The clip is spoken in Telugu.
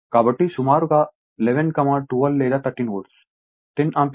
కాబట్టి సుమారు 11 12 లేదా 13 వోల్ట్ 10 ఆంపియర్ కరెంట్ ప్రవహిస్తున్నట్లు కనుగొన్నాము